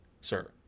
sir